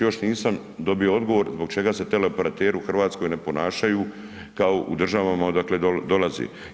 Još nisam dobio odgovor zbog čega se teleoperateri u Hrvatskoj ne ponašanju kao u državama odakle dolaze.